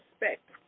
respect